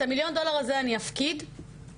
את המיליון דולר הזה אני אפקיד ואני